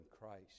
Christ